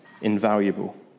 invaluable